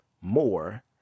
more